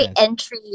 entry